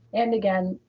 and again,